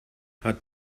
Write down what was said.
hat